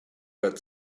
red